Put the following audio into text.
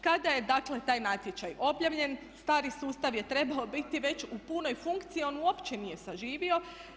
Kada je dakle taj natječaj objavljen stari sustav je trebao biti već u punoj funkciji, a on uopće nije saživio.